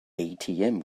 atm